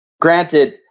granted